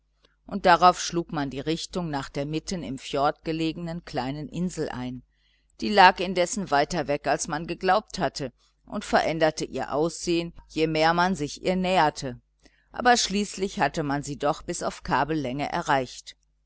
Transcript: und darauf schlug man die richtung nach der mitten im fjord gelegenen kleinen insel ein die lag indessen weiter weg als man geglaubt hatte und veränderte ihr aussehen je mehr man sich ihr näherte aber schließlich hatte man sie doch bis auf kabellänge erreicht